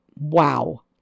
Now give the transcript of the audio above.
wow